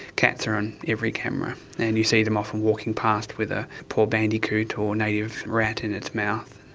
cats are on every camera, and you see them often walking past with a poor bandicoot or native rat in its mouth.